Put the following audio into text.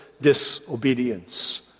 disobedience